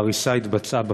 ההריסה התבצעה.